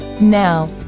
Now